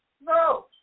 No